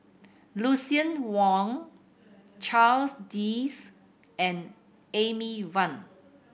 Lucien Wang Charles Dyce and Amy Van